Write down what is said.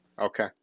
Okay